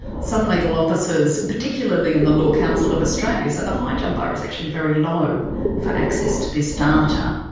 some legal officers, particularly in the law council of australia, say the high jump bar is actually very low for access to this data.